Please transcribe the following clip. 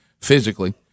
physically